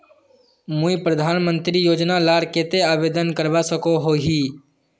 मुई प्रधानमंत्री योजना लार केते आवेदन करवा सकोहो ही?